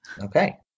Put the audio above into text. Okay